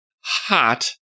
hot